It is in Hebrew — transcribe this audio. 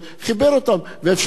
ואפשר לחזור על התסריט הזה.